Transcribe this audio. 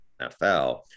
NFL